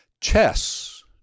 Chess